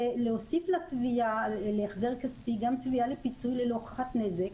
ולהוסיף לתביעה להחזר כספי גם תביעה לפיצוי ללא הוכחת נזק.